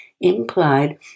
implied